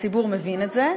הציבור מבין את זה,